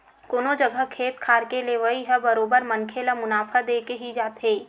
कोनो जघा खेत खार के लेवई ह बरोबर मनखे ल मुनाफा देके ही जाथे